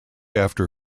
after